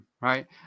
right